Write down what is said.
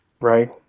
Right